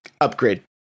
upgrade